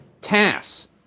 TASS